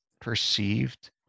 perceived